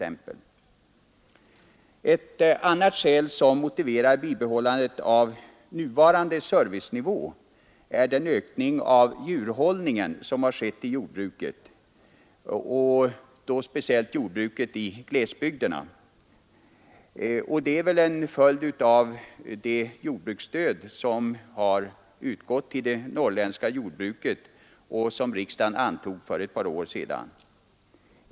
Ett annat skäl som motiverar bibehållandet av nuvarande servicenivå är den ökning av djurhållningen som har skett i jordbruket, speciellt i glesbygderna. Detta är väl en följd av det jordbruksstöd som har utgått till det norrländska jordbruket och som riksdagen antog för ett år sedan.